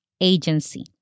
agency